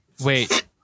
Wait